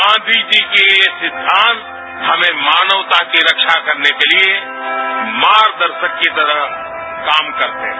गांधी जी के ये सिद्धांत हमें मानवता की रक्षा करने के लिए मार्गदर्शक की तरह काम करते हैं